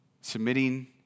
submitting